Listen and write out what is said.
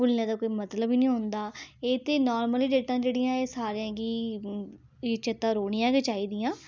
ते भुल्लने दा कोई मतलब निं होंदा एह् ते नार्मल डेटां जेह्ड़ियां एह् सारें गी बी चेत्ता रौह्नियां गै चाहिदियां